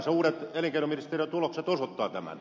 uudet elinkeinoministeriön tulokset osoittavat tämän